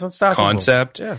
concept